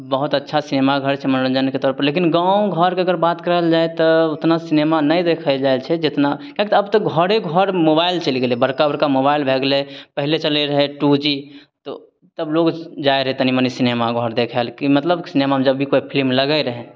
बहुत अच्छा सिनेमा घर छै मनोरञ्जनके तौरपर लेकिन गाँव घरके अगर बात करल जाइ तऽ ओतना सिनेमा नहि देखल जाइ छै जेतना किएक कि अब तऽ घरे घर मोबाइल चलि गेलय बड़का बड़का मोबाइल भए गेलय पहिले चलय रहय टू जी तब लोग जाइ रहय तनी मनी सिनेमा घर देखय लए की मतलब सिनेमामे जब भी कोइ फिल्म लगय रहय